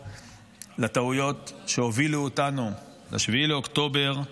לטעויות שהובילו אותנו ל-7 באוקטובר.